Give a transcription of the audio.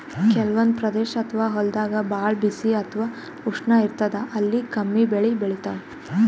ಕೆಲವಂದ್ ಪ್ರದೇಶ್ ಅಥವಾ ಹೊಲ್ದಾಗ ಭಾಳ್ ಬಿಸಿ ಅಥವಾ ಉಷ್ಣ ಇರ್ತದ್ ಅಲ್ಲಿ ಕಮ್ಮಿ ಬೆಳಿ ಬೆಳಿತಾವ್